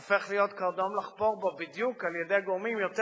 הופך להיות קרדום לחפור בו בדיוק על-ידי גורמים יותר קיצוניים,